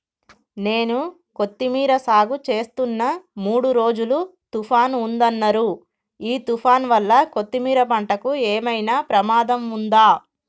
నేను కొత్తిమీర సాగుచేస్తున్న మూడు రోజులు తుఫాన్ ఉందన్నరు ఈ తుఫాన్ వల్ల కొత్తిమీర పంటకు ఏమైనా ప్రమాదం ఉందా?